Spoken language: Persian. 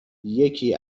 یکی